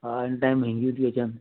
हा हिन टाइम माहंगियूं अथव